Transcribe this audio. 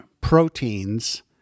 proteins